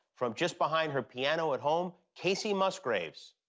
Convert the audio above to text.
from just behind her piano at home, kacey musgraves.